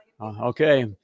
okay